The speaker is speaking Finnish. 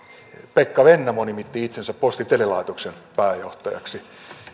pekka vennamo nimitti itsensä posti ja telelaitoksen pääjohtajaksi